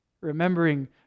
Remembering